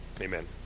Amen